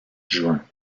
juin